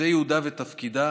זה ייעודה ותפקידה.